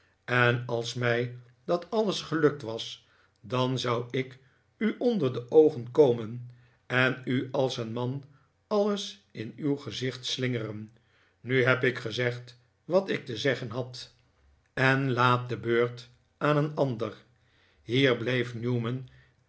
en als mij dat alles gelukt was dan zou ik u onder de oogen komen en u als een man alles in uw gezicht slingeren nu heb ik gezegd wat ik te zeggen had en laat de beurt aan een ander hier bleef newman